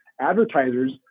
Advertisers